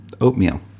oatmeal